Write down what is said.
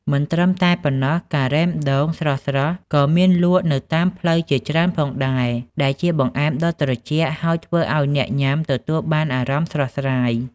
មិនត្រឹមតែប៉ុណ្ណោះ ការ៉េមដូង ស្រស់ៗក៏មានលក់នៅតាមផ្លូវជាច្រើនផងដែរ ដែលជាបង្អែមដ៏ត្រជាក់ហើយធ្វើឲ្យអ្នកញុាំទទួលបានអារម្មណ៍ស្រស់ស្រាយ។